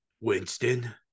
Winston